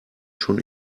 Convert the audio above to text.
schon